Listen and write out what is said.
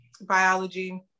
biology